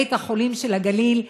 בית-החולים של הגליל,